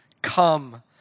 Come